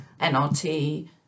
NRT